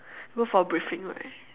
go for briefing right